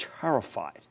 terrified